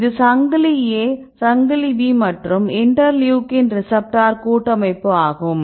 இது சங்கிலி A சங்கிலி B மற்றும் இன்டர்லூகின் ரிசப்ட்டார் கூட்டமைப்பு ஆகும்